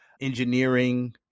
engineering